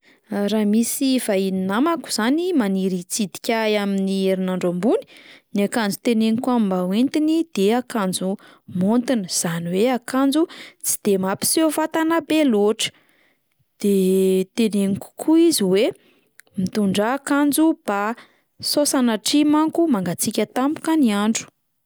Raha misy vahiny namako zany maniry hitsidika ahy amin'ny herinandro ambony, ny akanjo teneniko aminy mba hoentiny dia akanjo maontina zany hoe akanjo tsy de mampiseho vatana be loatra, de teneniko koa izy hoe mitondrà akanjo bà sao sanatria manko mangatsiaka tampoka ny andro.